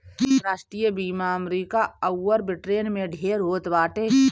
राष्ट्रीय बीमा अमरीका अउर ब्रिटेन में ढेर होत बाटे